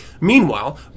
Meanwhile